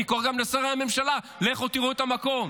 אני קורא גם לשרי הממשלה, לכו תראו את המקום.